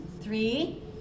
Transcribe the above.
Three